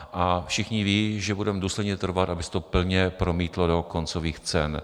A všichni ví, že budeme důsledně trvat, aby se to plně promítlo do koncových cen.